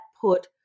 put